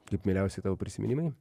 kaip mieliausi tavo prisiminimai